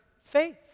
faith